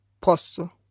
posso